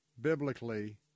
biblically